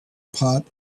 pot